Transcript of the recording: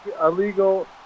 illegal